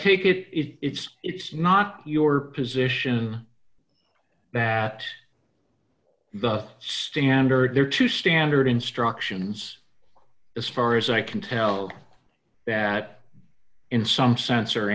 take it it's it's not your position that the standard there are two standard instructions as far as i can tell that in some sens